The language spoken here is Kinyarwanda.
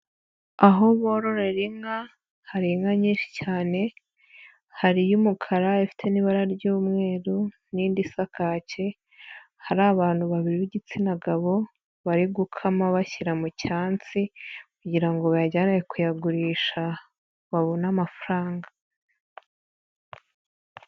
Aho bororera inka, hari inka nyinshi cyane, hari y'umukara ifite n'ibara ry'umweru, n'indi isa kake, hari abantu babiri b'igitsina gabo bari gukama bashyira mu cyansi kugira ngo bayajyane kuyagurisha babone amafaranga.